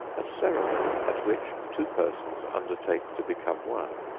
a ceremony at which two persons undertake to become one,